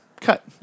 Cut